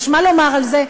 יש מה לומר על זה,